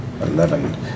Eleven